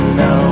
no